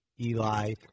Eli